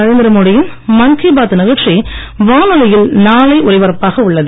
நரேந்திர மோடி யின் மன் கி பாத் நிகழ்ச்சி வானொலியில் நாளை ஒலிபரப்பாக உள்ளது